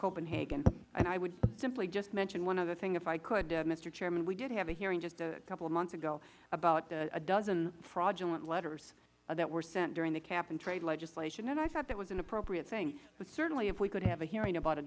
copenhagen and i would simply just mention one other thing if i could mister chairman we did have a hearing just a couple months ago about a dozen fraudulent letters that were sent during the cap and trade legislation and i thought that was an appropriate thing but certainly if we could have a hearing about a